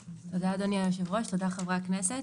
תודה, אדוני היושב-ראש, חברי הכנסת,